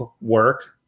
work